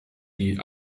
die